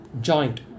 joint